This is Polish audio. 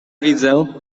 widzę